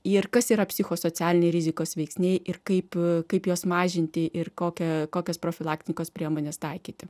ir kas yra psichosocialiniai rizikos veiksniai ir kaip kaip juos mažinti ir kokią kokias profilaktikos priemones taikyti